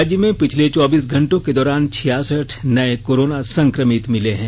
राज्य में पिछले चौबीस घंटों के दौरान छियासठ नए कोरोना संक्रमित मिले हैं